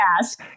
ask